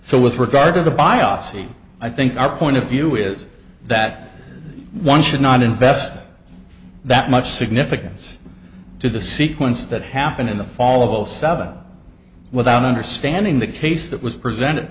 so with regard to the biopsy i think our point of view is that one should not invest that much significance to the sequence that happened in the fall of zero seven without understanding the case that was presented